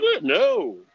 No